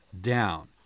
down